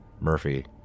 Murphy